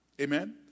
Amen